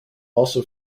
also